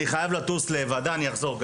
אני חייב לטוס לוועדה, אני אחזור.